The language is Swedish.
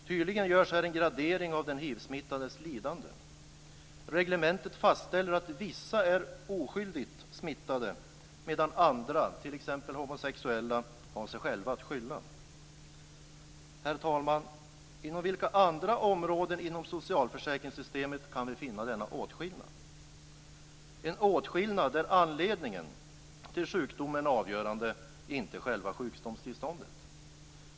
Tydligen görs här en gradering av den hivsmittades lidande. Reglementet fastställer att vissa är "oskyldigt" smittade medan andra, t.ex. homosexuella, har sig själva att skylla. Herr talman! Inom vilka andra områden av socialförsäkringssystemet kan vi finna denna åtskillnad, en åtskillnad där anledningen till sjukdomen är avgörande, inte själva sjukdomstillståndet?